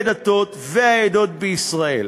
דתות ועדות בישראל.